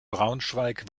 braunschweig